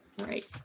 right